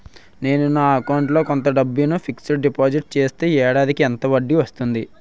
నేను నా అకౌంట్ లో కొంత డబ్బును ఫిక్సడ్ డెపోసిట్ చేస్తే ఏడాదికి ఎంత వడ్డీ వస్తుంది?